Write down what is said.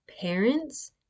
parents